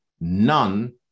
None